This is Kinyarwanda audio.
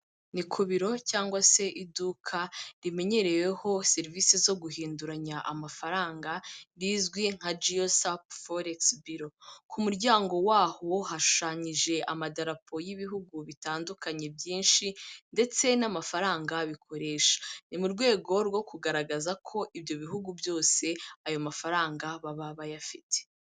Ni ku biro cyangwa se iduka rimenyereweho serivisi zo guhinduranya amafaranga rizwi nka giosapu foregisi biro. Ku muryango waho hashushanyije amadarapo y'Ibihugu bitandukanye byinshi ndetse n'amafaranga bikoresha. Ni mu rwego rwo kugaragaza ko ibyo bihugu byose ayo mafaranga baba bayafite.